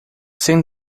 sem